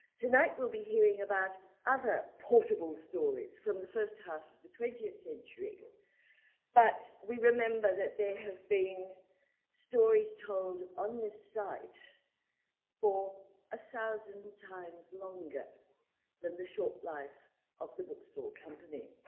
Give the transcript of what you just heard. tonight we'll be hearing about other portable stories from the first half of the twentieth century but we remember that there have been stories told on this site for a thousand times longer than the short life of the bookstore company.